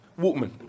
Walkman